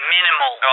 Minimal